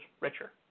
richer